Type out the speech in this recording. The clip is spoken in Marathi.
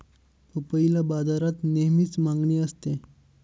पपईला बाजारात नेहमीच मागणी असते